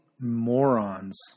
morons